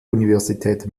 universität